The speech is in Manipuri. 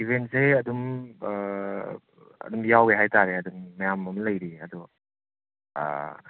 ꯏꯚꯦꯟꯁꯦ ꯑꯗꯨꯝ ꯑꯗꯨꯝ ꯌꯥꯎꯋꯦ ꯍꯥꯏ ꯇꯥꯔꯦ ꯑꯗꯨꯝ ꯃꯌꯥꯝ ꯑꯃ ꯂꯩꯔꯤ ꯑꯗꯣ